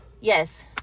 Yes